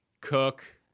Cook